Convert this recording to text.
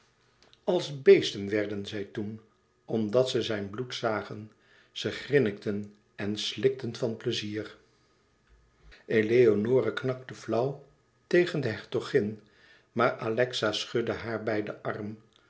als beesten werden zij toen omdat ze zijn bloed zagen ze grinnikten en slikten van pleizier eleonore knakte flauw tegen de hertogin maar alexa schudde haar bij den arm